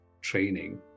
training